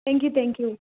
thank you thank you